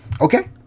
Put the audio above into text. Okay